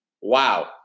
Wow